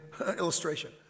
illustration